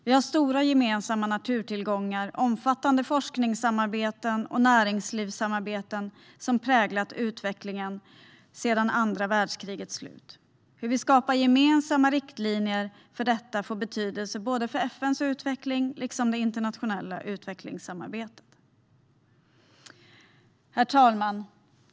Vi har stora gemensamma naturtillgångar, omfattande forskningssamarbete och näringslivssamarbeten som har präglat utvecklingen sedan andra världskrigets slut. Hur vi skapar gemensamma riktlinjer för detta får betydelse för FN:s utveckling och för det internationella utvecklingssamarbetet. Herr talman!